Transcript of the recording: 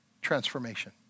transformation